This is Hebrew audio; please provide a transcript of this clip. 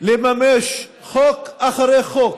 לממש חוק אחרי חוק